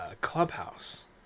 Clubhouse